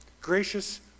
Gracious